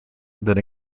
that